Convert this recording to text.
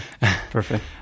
Perfect